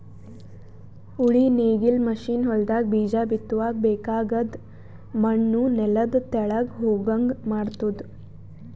ಉಳಿ ನೇಗಿಲ್ ಮಷೀನ್ ಹೊಲದಾಗ ಬೀಜ ಬಿತ್ತುವಾಗ ಬೇಕಾಗದ್ ಮಣ್ಣು ನೆಲದ ತೆಳಗ್ ಹೋಗಂಗ್ ಮಾಡ್ತುದ